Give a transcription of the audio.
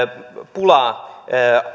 pulaa